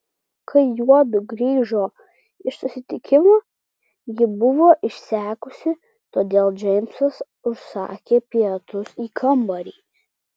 kai juodu grįžo iš susitikimo ji buvo išsekusi todėl džeimsas užsakė pietus į kambarį